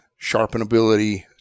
sharpenability